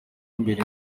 imbere